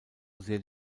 sehr